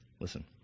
Listen